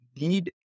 need